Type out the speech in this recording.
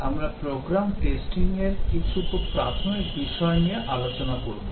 কুড়িটি আধঘণ্টার স্লটে আমরা প্রোগ্রাম টেস্টিং এর কিছু খুব প্রাথমিক বিষয় নিয়ে আলোচনা করব